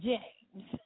James